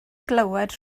glywed